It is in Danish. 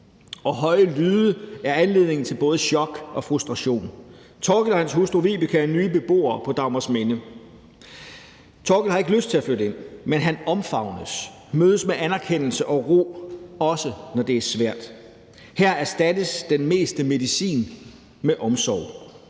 og høje lyde giver anledning til både chok og frustration. Thorkild og hans hustru Vibeke er nye beboere på Dagmarsminde. Thorkild har ikke lyst til at flytte ind, men han omfavnes og mødes med anerkendelse og ro, også når det er svært. Her erstattes den meste medicin med omsorg,